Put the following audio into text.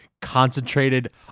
concentrated